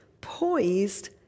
poised